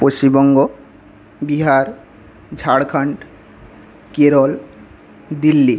Paschimbanga Bihar Jharkhand Kerala Delhi